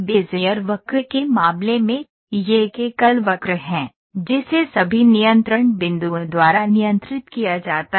Bezier वक्र के मामले में यह एक एकल वक्र है जिसे सभी नियंत्रण बिंदुओं द्वारा नियंत्रित किया जाता है